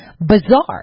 bizarre